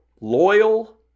Loyal